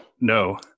no